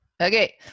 Okay